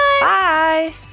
Bye